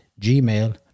gmail